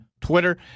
Twitter